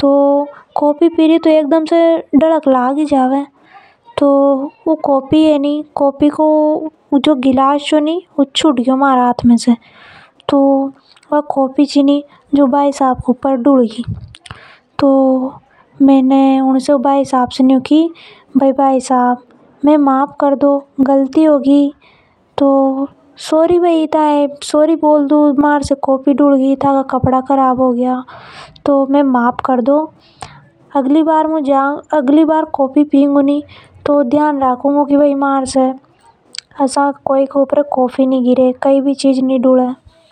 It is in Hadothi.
तो कॉफी पी रि थी तो एकदम से डह लक लाग गई। ओर उन भाईसाहब के ऊपर कॉफी धुल गई। तो मैंने उन भाईसाहब से की की में माफ कर दो गलती होगी आगे से ध्यान रखूंगी।